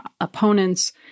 opponents